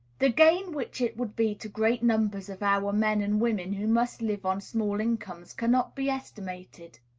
the gain which it would be to great numbers of our men and women who must live on small incomes cannot be estimated.